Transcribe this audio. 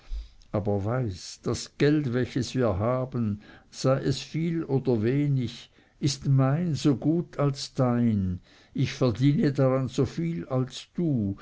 aber weißt das geld welches wir haben sei es viel oder wenig ist mein so gut als dein ich verdiene daran so viel als du